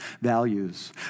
values